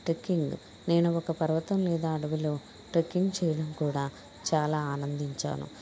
trekking నేను ఒక పర్వతం లేదా అడివిలో ట్రెక్కింగ్ చేయడం కూడా చాలా ఆనందించాను